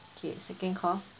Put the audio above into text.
okay second call